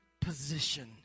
position